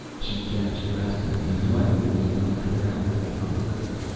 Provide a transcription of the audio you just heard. she gashed rastignac in the arm before he knocked her out with an upper-cut.